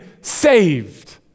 saved